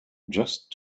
just